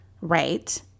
right